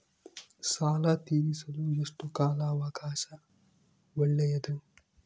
ಸಾಲ ತೇರಿಸಲು ಎಷ್ಟು ಕಾಲ ಅವಕಾಶ ಒಳ್ಳೆಯದು?